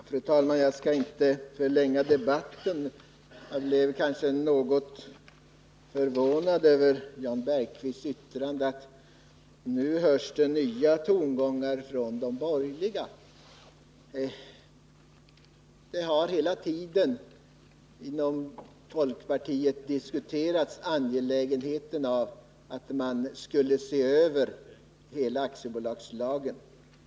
Fru talman! Jag skall inte förlänga debatten, men jag vill ändå säga att jag blev något förvånad över Jan Bergqvists yttrande om att det nu hörs nya tongångar från de borgerliga. Inom folkpartiet har vi hela tiden diskuterat nödvändigheten av att man ser över hela aktiebolagslagen.